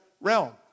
realm